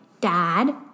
dad